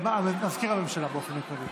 מזכיר הממשלה, באופן עקרוני,